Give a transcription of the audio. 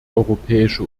europäische